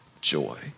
joy